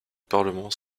parlement